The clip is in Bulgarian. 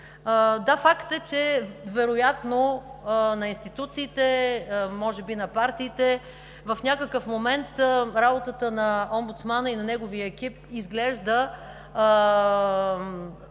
Да, факт е, че – вероятно на институциите, може би и на партиите, в някакъв момент работата на омбудсмана и на неговия екип изглежда